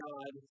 God